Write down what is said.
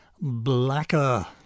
blacker